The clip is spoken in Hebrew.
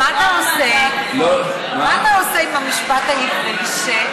מה אתה עושה עם המשפט העברי,